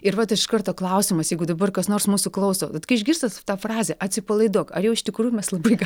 ir vat iš karto klausimas jeigu dabar kas nors mūsų klauso kai išgirstat tą frazę atsipalaiduok ar jau iš tikrųjų mes labai galim